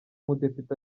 mudepite